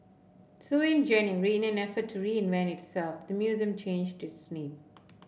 so in January in an effort to reinvent itself the museum changed its name